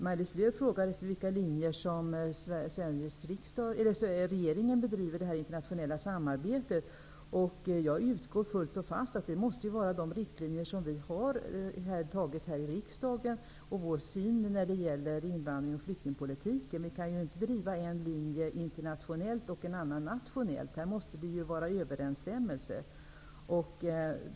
Maj-Lis Lööw frågade efter vilka linjer som regeringen bedriver detta internationella samarbete. Jag utgår fullt och fast ifrån att det måste vara de riktlinjer som riksdagen har antagit och vår syn när det gäller invandring och flyktingpolitik. Vi kan inte driva en linje internationellt och en annan nationellt. Det måste vara överensstämmelse.